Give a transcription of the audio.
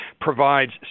provides